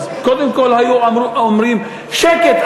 אז קודם כול היו אומרים: שקט,